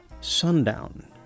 Sundown